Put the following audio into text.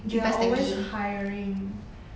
they are always hiring